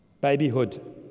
babyhood